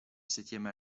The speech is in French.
septième